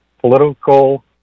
political